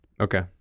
okay